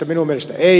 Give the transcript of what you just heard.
minun mielestäni ei